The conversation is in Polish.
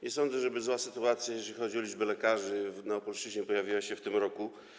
Nie sądzę, żeby zła sytuacja, jeżeli chodzi o liczbę lekarzy na Opolszczyźnie, pojawiła się w tym roku.